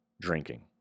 drinking